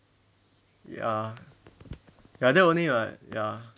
ya like that only [what] ya